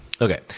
Okay